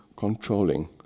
controlling